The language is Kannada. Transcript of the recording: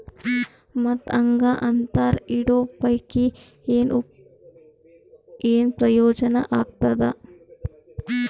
ಮತ್ತ್ ಹಾಂಗಾ ಅಂತರ ಇಡೋ ಪೈಕಿ, ಏನ್ ಪ್ರಯೋಜನ ಆಗ್ತಾದ?